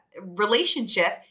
relationship